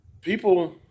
people